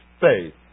faith